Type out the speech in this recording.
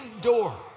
door